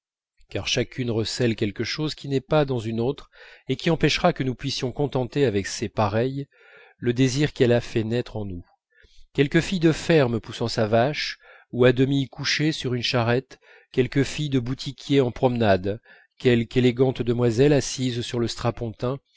car chacune recèle quelque chose qui n'est pas dans une autre et qui empêchera que nous puissions contenter avec ses pareilles le désir qu'elle a fait naître en nous quelque fille de ferme poussant sa vache ou à demi couchée sur une charrette quelque fille de boutiquier en promenade quelque élégante demoiselle assise sur le strapontin